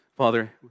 Father